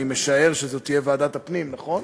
אני משער שזו תהיה ועדת הפנים, נכון?